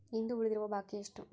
ಇಂದು ಉಳಿದಿರುವ ಬಾಕಿ ಎಷ್ಟು?